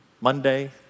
Monday